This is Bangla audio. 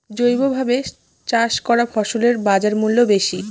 জৈবভাবে চাষ করা ফসলের বাজারমূল্য বেশি